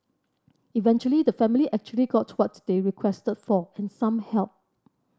eventually the family actually got what they requested for and some help